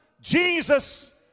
Jesus